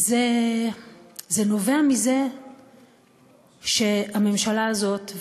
זה נובע מזה שהממשלה הזאת,